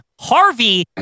Harvey